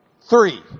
three